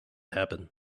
happen